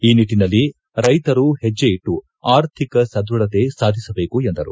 ಈ ನಿಟ್ಟಿನಲ್ಲಿ ರೈತರು ಹೆಜ್ಜೆಯಿಟ್ಟು ಅರ್ಥಿಕ ಸದೃಢತೆ ಸಾಧಿಸಬೇಕು ಎಂದರು